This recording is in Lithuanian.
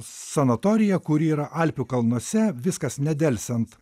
sanatoriją kuri yra alpių kalnuose viskas nedelsiant